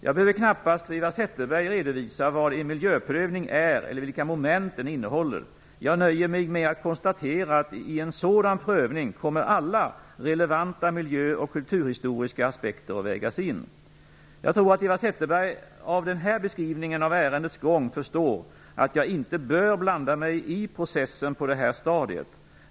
Jag behöver knappast för Eva Zetterberg redovisa vad en miljöprövning är eller vilka moment den innehåller. Jag nöjer mig med att konstatera att i en sådan prövning kommer alla relevanta miljö och kulturhistoriska aspekter att vägas in. Jag tror att Eva Zetterberg av den här beskrivningen av ärendets gång förstår att jag inte bör blanda mig i processen på det här stadiet.